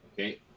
okay